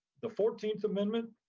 the fourteenth amendment,